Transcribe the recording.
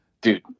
Dude